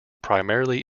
primarily